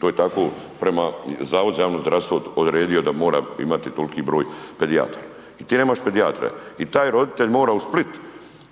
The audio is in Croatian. To je tako prema Zavodu za javno zdravstvo odredilo da moramo imati toliki broj pedijatra. I ti nemaš pedijatra i taj roditelj mora u Split